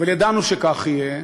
אבל ידענו שכך יהיה,